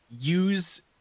use